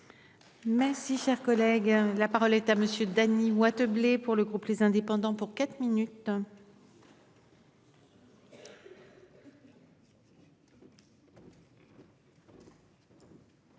Merci, cher collègue, la parole est à monsieur Danny Watts blé pour le groupe les indépendants pour quatre minutes.